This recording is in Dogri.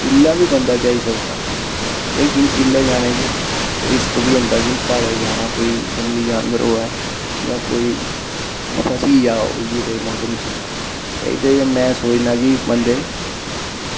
किल्ला बी बंदा जाई सकदा लेकिन किल्ले जाने च रिस्क बी होंदा कि प्हाड़ें जाना कोई जंगली जानवर होऐ जां कोई फसी जा उ'यै देह् मोसम च ते में सोचना कि बंदे